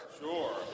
Sure